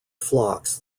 flocks